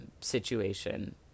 situation